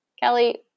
Kelly